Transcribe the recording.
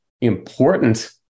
important